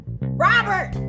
Robert